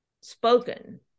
spoken